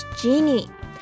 genie